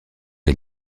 est